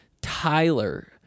Tyler